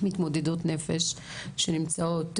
מתמודדות נפש שנמצאות,